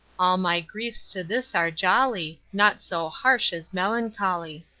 all my griefs to this are jolly, naught so harsh as melancholy.